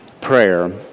prayer